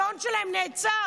השעון שלהן נעצר.